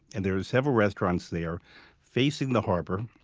and there are several restaurants there facing the harbor.